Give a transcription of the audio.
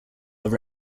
are